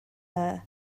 dda